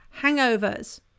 hangovers